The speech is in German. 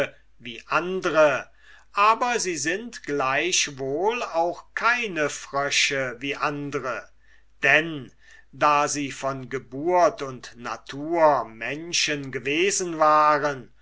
wie andre aber sie sind gleichwohl auch keine frösche wie andre denn da sie von geburt und natur menschen gewesen waren